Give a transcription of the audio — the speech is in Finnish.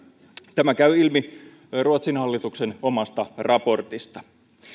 tämä käy ilmi ruotsin hallituksen omasta raportista